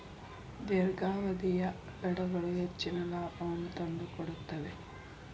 ದೇರ್ಘಾವಧಿಯ ಬೆಳೆಗಳು ಹೆಚ್ಚಿನ ಲಾಭವನ್ನು ತಂದುಕೊಡುತ್ತವೆ